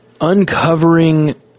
uncovering